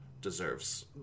deserves